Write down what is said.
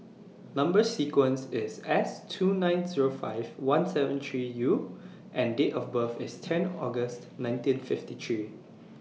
Number sequence IS S two nine Zero five seventeen three U and Date of birth IS ten August nineteen fifty three